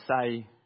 say